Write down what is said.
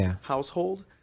household